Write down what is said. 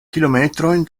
kilometrojn